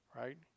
right